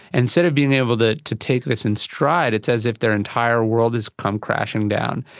instead of being able to to take this in stride, it's as if their entire world has come crashing down.